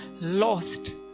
lost